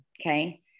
Okay